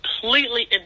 completely